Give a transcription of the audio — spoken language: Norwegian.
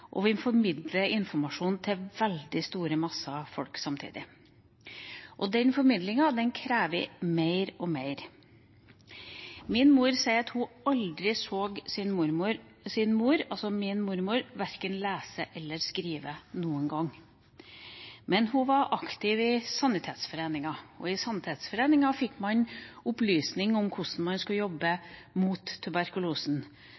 og vi formidler informasjon til veldig store masser av folk samtidig. Den formidlingen krever mer og mer. Min mor sier at hun aldri så sin mor – altså min mormor – verken lese eller skrive noen gang. Men hun var aktiv i Sanitetsforeningen, og i Sanitetsforeningen fikk man opplysning om hvordan man skulle